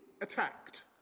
attacked